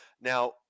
Now